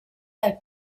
dal